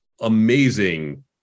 amazing